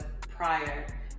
prior